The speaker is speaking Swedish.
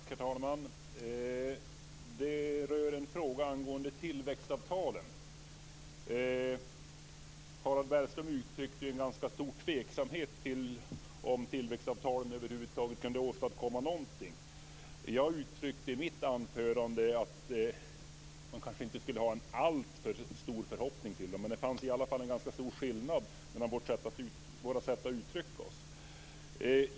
Herr talman! Jag har en fråga angående tillväxtavtalen. Harald Bergström uttryckte en ganska stor tveksamhet till om tillväxtavtalen över huvud taget kunde åstadkomma någonting. Jag uttryckte i mitt anförande att man kanske inte skulle ha en alltför stor förhoppning, men det finns i alla fall en stor skillnad mellan våra sätt att uttrycka oss.